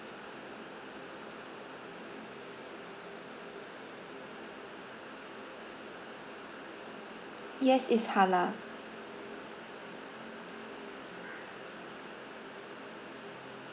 yes it's halal